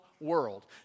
world